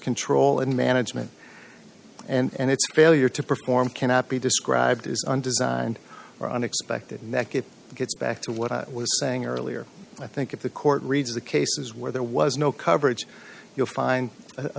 control in management and its failure to perform cannot be described is undesigned or unexpected nec it gets back to what i was saying earlier i think if the court reads the cases where there was no coverage you'll find